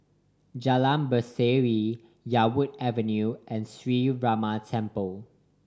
Jalan Berseri Yarwood Avenue and Sree Ramar Temple